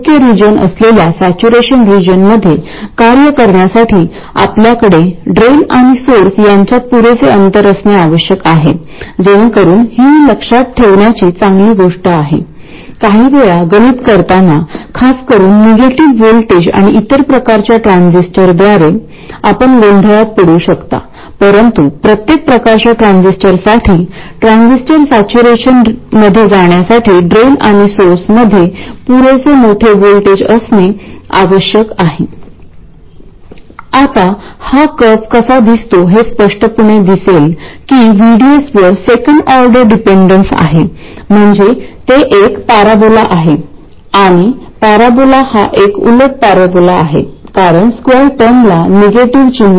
हे मुळात असे म्हणत आहे की हा करंट दिल्यास गेट सोर्स व्होल्टेज आपोआप सेट होईल आणि जर थ्रेशोल्ड व्होल्टेज जास्त असेल तर त्या VG ची वैल्यू अधिक मोठी होईल